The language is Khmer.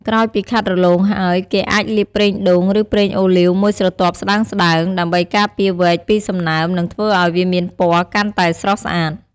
ក្រោយពីខាត់រលោងហើយ គេអាចលាបប្រេងដូង ឬប្រេងអូលីវមួយស្រទាប់ស្តើងៗ ដើម្បីការពារវែកពីសំណើម និងធ្វើឱ្យវាមានពណ៌កាន់តែស្រស់ស្អាត។